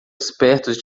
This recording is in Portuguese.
espertos